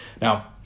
Now